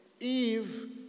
Eve